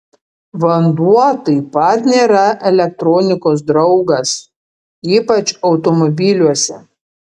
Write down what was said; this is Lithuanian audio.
vanduo taip pat nėra elektronikos draugas ypač automobiliuose